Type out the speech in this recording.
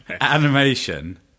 animation